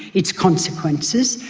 its consequences,